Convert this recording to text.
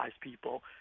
people